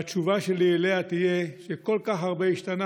והתשובה שלי אליה תהיה שכל כך הרבה השתנה